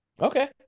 Okay